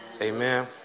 Amen